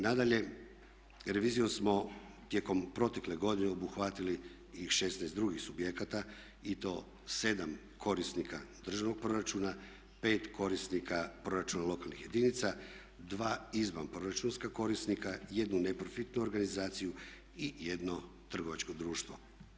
Nadalje, revizijom smo tijekom protekle godine obuhvatili i 16 drugih subjekata i to 7 korisnika državnog proračuna, 5 korisnika proračuna lokalnih jedinica, 2 izvanproračunska korisnika, 1 neprofitnu organizaciju i 1 trgovačko društvo.